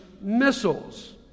missiles